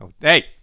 Hey